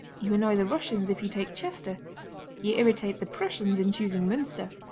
you annoy the russians if you take chester you irritate the prussians in choosing munster.